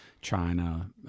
China